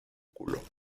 culo